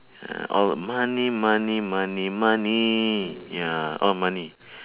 ah all money money money money ya all money